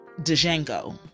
Django